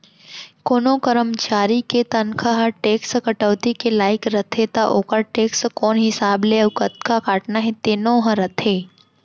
कोनों करमचारी के तनखा ह टेक्स कटौती के लाइक रथे त ओकर टेक्स कोन हिसाब ले अउ कतका काटना हे तेनो ह रथे